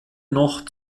noch